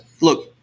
look